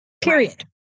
period